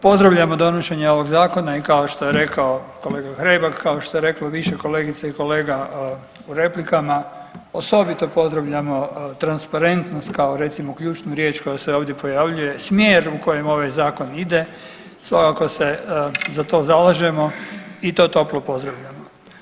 Pozdravljamo donošenje ovog zakona i kao što je rekao kolega Hrebak, kao što je reklo više kolegica i kolega u replikama, osobito pozdravljamo transparentnost kao recimo ključnu riječ koja se ovdje pojavljuje, smjer u kojem ovaj zakon ide, svakako se za to zalažemo i to toplo pozdravljamo.